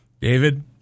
David